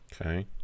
Okay